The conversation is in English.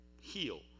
heal